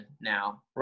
now